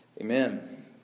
Amen